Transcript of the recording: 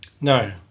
No